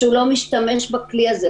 שהוא לא משתמש בכלי הזה.